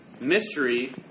mystery